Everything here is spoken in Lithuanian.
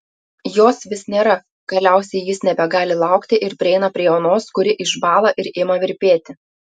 jos vis nėra galiausiai jis nebegali laukti ir prieina prie onos kuri išbąla ir ima virpėti